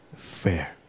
Fair